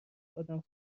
آدم